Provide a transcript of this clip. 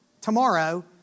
tomorrow